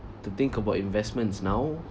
to think about investments now